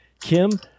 Kim